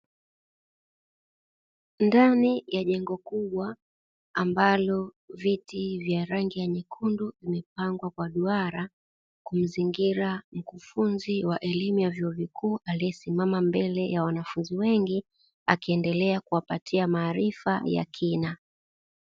Ndani ya jengo kubwa ambalo viti vya rangi nyekundu vimepangwa kwa duara kumzingira mkufunzi aliyesimama akiendelea kuwapatia maarifa ya kina.